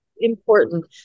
important